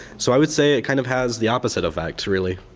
so i would say it kind of has the opposite effect really.